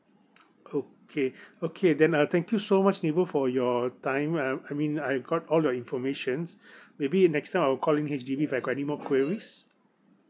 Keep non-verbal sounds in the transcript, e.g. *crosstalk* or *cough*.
*noise* okay okay then uh thank you so much nibong for your time uh I mean I got all your information maybe next time I'll call in H_D_B if I've got any more queries